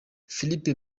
felipe